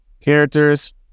characters